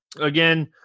again